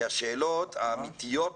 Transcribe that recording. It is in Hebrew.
כי השאלות האמתיות,